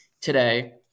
today